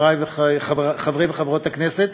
חברי וחברות הכנסת,